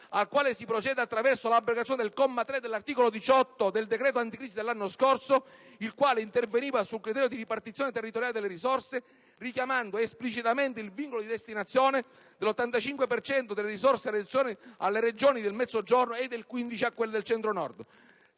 al quale si procede attraverso l'abrogazione del comma 3 dell'articolo 18 del decreto-legge anticrisi dello scorso anno che interveniva sul criterio di ripartizione territoriale delle risorse, richiamando esplicitamente il vincolo di destinazione dell'85 per cento delle risorse alle Regioni del Mezzogiorno e del 15 per cento